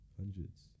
hundreds